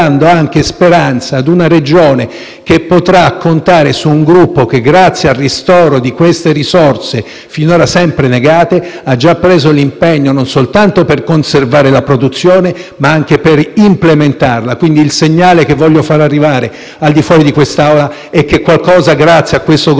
che potrà contare su un gruppo che, grazie al ristoro di queste risorse finora sempre negate, ha già preso l'impegno non soltanto di conservare la produzione, ma anche di implementarla. Quindi, il segnale che voglio far arrivare al di fuori di questa Assemblea è che qualcosa, grazie a questo Governo, si può fare. Bisogna insistere perché ce la